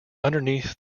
underneath